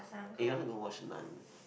eh you wanna go watch Nun